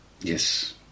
Yes